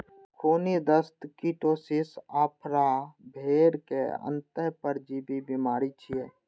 खूनी दस्त, कीटोसिस, आफरा भेड़क अंतः परजीवी बीमारी छियै